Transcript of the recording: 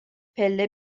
پله